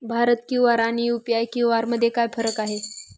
Bharat QR आणि UPI QR मध्ये काय फरक आहे?